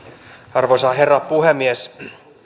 arvoisa herra puhemies